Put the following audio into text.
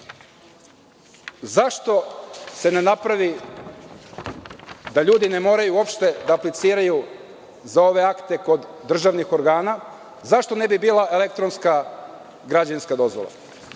se ne napravi da ljudi ne moraju uopšte da apliciraju za ove akte kod državnih organa. Zašto ne bi bila elektronska građevinska dozvola?